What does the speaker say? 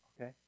Okay